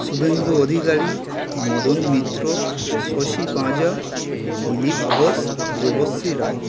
Suvendu Adhikari Madan Mitra Shashi Panja Dilip Ghosh Debashree Roy